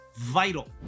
vital